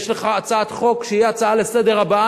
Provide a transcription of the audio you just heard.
יש לך הצעת חוק שהיא הצעה לסדר הבאה,